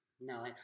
No